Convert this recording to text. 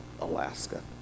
Alaska